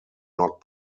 not